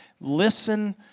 listen